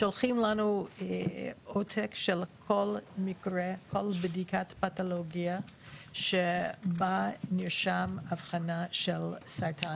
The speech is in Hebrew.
שולחים לנו עותק של כל מקרה וכל בדיקת פתולוגיה שבה משם אבחנה של הסרטן.